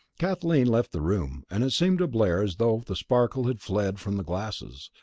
kathleen left the room, and it seemed to blair as though the sparkle had fled from the glasses,